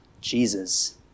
Jesus